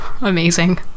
Amazing